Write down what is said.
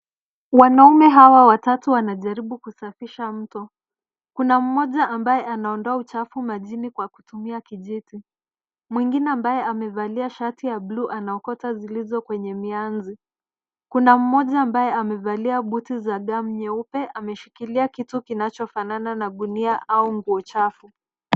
Wanaume hawa watatu wanajaribu kusafisha mto. Kuna mmoja ambaye anaondoa uchafu majini kwa kutumia kijiti. Mwingine ambaye amevalia shati ya bluu anaokota zilizo kwenye mianzi. Kuna mmoja ambaye amevalia buti za gum nyeupe ameshikilia kitu kinachofanana na gunia au nguo chafu.